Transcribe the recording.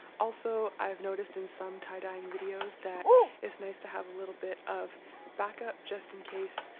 also, i've noticed in some tie-dyeing videos that it's nice to have a little bit of backup just in case,